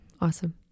Awesome